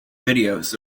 videos